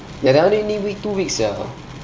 ya that one need need to wait two weeks sia